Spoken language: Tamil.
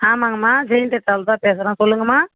ஆமாங்கம்மா ஜெயந்தி டிராவல் தான் பேசுகிறோம் சொல்லுங்கம்மா